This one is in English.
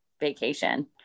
vacation